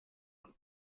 und